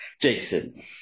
Jason